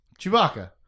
Chewbacca